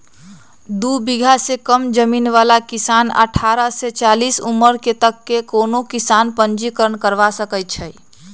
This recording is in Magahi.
दू बिगहा से कम जमीन बला किसान अठारह से चालीस उमर तक के कोनो किसान पंजीकरण करबा सकै छइ